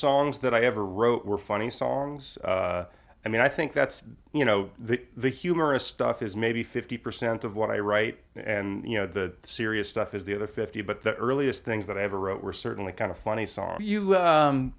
songs that i ever wrote were funny songs i mean i think that's you know the the humorous stuff is maybe fifty percent of what i write and you know the serious stuff is the other fifty but the earliest things that i ever wrote were certainly kind of funny songs you